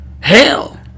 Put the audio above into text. hell